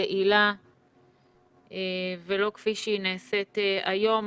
יעילה ולא כפי שהיא נעשית היום,